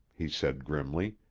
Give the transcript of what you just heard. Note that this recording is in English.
he said grimly.